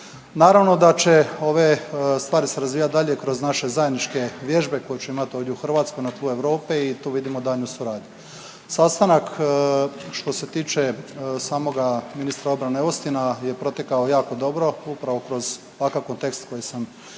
Naravno da će ove stvari se razvijati dalje kroz naše zajedničke vježbe koje ćemo imat ovdje u Hrvatskoj na tlu Europe i tu vidimo daljnju suradnju. Sastanak što se tiče samoga ministra obrane Austina je protekao jako dobro upravo kroz ovakav kontekst koji sam sada